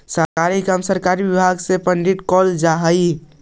सरकारी काम ला सरकारी विभाग से फंडिंग कैल जा हई